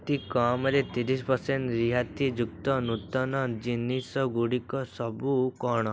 ଅତିକମ୍ରେ ତିରିଶ ପରସେଣ୍ଟ ରିହାତିଯୁକ୍ତ ନୂତନ ଜିନିଷ ଗୁଡ଼ିକ ସବୁ କ'ଣ